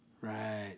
Right